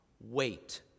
Wait